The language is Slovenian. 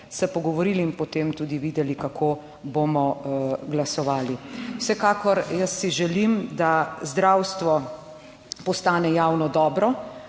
se pogovorili in potem tudi videli, kako bomo glasovali. Vsekakor, jaz si želim, da zdravstvo postane javno dobro,